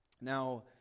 Now